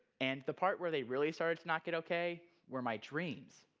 and the part where they really started to not get okay were my dreams.